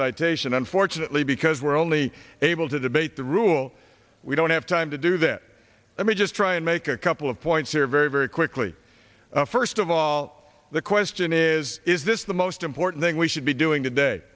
citation unfortunately because we're only able to debate the rule we don't have time to do this let me just try and make a couple of points here very very quickly first of all the question is is this the most important thing we should be doing t